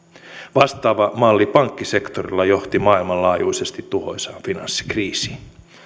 vastaava malli pankkisektorilla johti maailmanlaajuisesti tuhoisaan finanssikriisiin